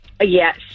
Yes